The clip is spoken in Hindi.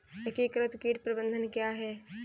एकीकृत कीट प्रबंधन क्या है?